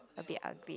a bit ugly